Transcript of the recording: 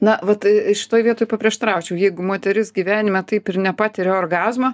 na vat šitoj vietoj paprieštaraučiau jeigu moteris gyvenime taip ir nepatiria orgazmo